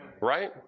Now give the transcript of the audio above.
right